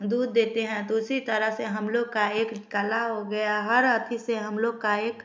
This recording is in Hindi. दूध देते हैं तो उसी तरह से हम लोग का एक कला हो गया हर आथी से हम लोग का एक